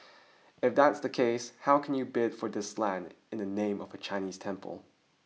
if that's the case how can you bid for this land in the name of a Chinese temple